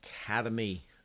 Academy